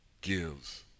gives